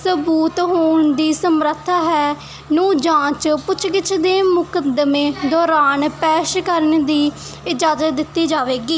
ਸਬੂਤ ਹੋਣ ਦੀ ਸਮਰੱਥਾ ਹੈ ਨੂੰ ਜਾਂਚ ਪੁੱਛਗਿੱਛ ਦੇ ਮੁਕੱਦਮੇ ਦੌਰਾਨ ਪੇਸ਼ ਕਰਨ ਦੀ ਇਜਾਜ਼ਤ ਦਿੱਤੀ ਜਾਵੇਗੀ